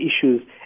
issues